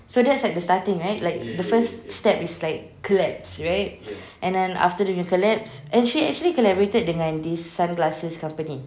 so that's like the starting right like the first step is like collabs right and then after doing the collabs and she actually collaborated dengan this satu sunglasses company